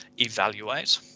evaluate